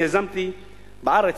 אני יזמתי בארץ,